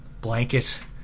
blankets